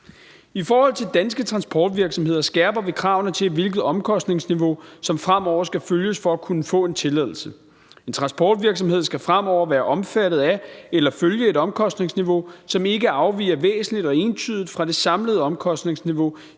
I forhold til danske transportvirksomheder skærper vi kravene til, hvilket omkostningsniveau som fremover skal følges for at kunne få en tilladelse. En transportvirksomhed skal fremover være omfattet af eller følge et omkostningsniveau, som ikke afviger væsentligt og entydigt fra det samlede omkostningsniveau